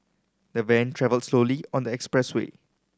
the van travelled slowly on the expressway